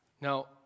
Now